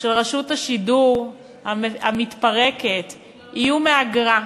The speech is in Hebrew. של רשות השידור המתפרקת יהיו מאגרה.